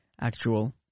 actual